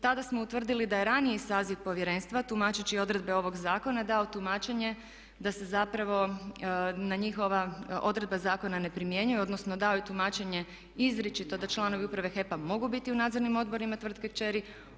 Tada smo utvrdili da je raniji saziv Povjerenstva tumačeći odredbe ovog zakona dao tumačenje da se zapravo na njih odredba zakona ne primjenjuje, odnosno dao je tumačenje izričito da članovi uprave HEP-a mogu biti u nadzornim odborima tvrtke kćeri.